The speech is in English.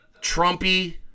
Trumpy